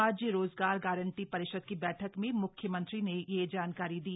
राज्य रोजगार गारंटी परिषद की बैठक में मुख्यमंत्री ने यह जानकारी दी